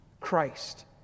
Christ